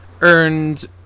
Earned